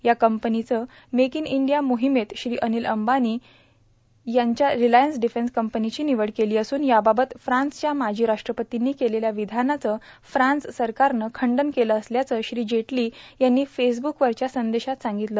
या कंपनीनंच make in India मोहिमेत श्री अनिल अंबानी यांच्या रिलायन्स डिफेन्स कंपनीची निवड केली असून याबाबत फ्रान्सच्या माजी राष्ट्रपर्तींनी केलेल्या विधानाचं फ्रान्स सरकारनं खंडन केलं असल्याचं श्री जेटली यांनी फेसब्रकवरच्या संदेशात सांगितलं